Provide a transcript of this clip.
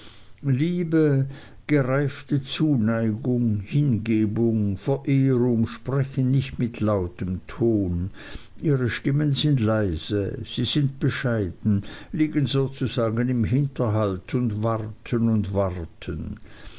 liebe gereifte zuneigung hingebung verehrung sprechen nicht mit lautem ton ihre stimmen sind leise sie sind bescheiden liegen sozusagen im hinterhalt und warten und warten